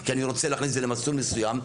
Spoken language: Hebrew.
כי אני רוצה להכניס את זה למסלול מסוים?